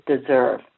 deserve